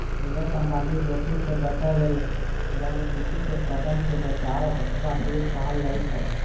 निवेश संबंधी जोखिम सं बचय लेल रणनीतिक कदम कें बचाव अथवा हेज कहल जाइ छै